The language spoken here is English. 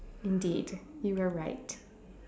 indeed you very right